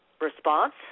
response